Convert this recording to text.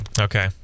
Okay